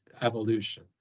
evolution